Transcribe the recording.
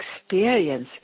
experience